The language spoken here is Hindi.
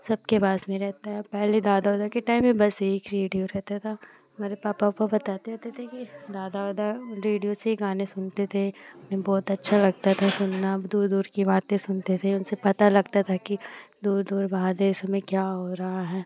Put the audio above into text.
सबके पास में रहता है पहले दादा उदा के टाइम में बस एक रेडियो रहता था हमारे पापा उपा बताते होते थे कि दादा उदा रेडियो से ही गाने सुनते थे उन्हें बहुत अच्छा लगता था सुनना अब दूर दूर की बातें सुनते थे उनसे पता लगता था कि दूर दूर बाहर देशों में क्या हो रहा है